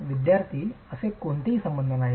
विद्यार्थीः असे कोणतेही बंध नाहीत